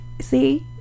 See